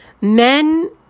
men